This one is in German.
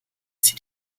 sie